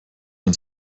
ein